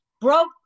Broke